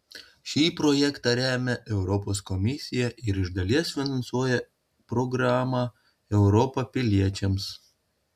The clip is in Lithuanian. šį projektą remia europos komisija ir iš dalies finansuoja programa europa piliečiams